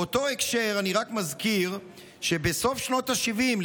באותו הקשר אני רק מזכיר שבסוף שנות השבעים,